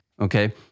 Okay